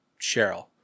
Cheryl